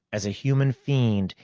as a human fiend,